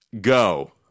go